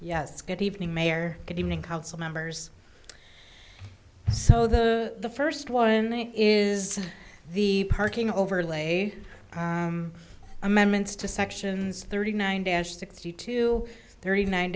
yes good evening mayor good evening council members so the first one is the parking overlay amendments to sections thirty nine dash sixty two thirty nine